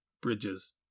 bridges